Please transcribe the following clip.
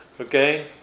Okay